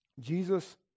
Jesus